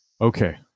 Okay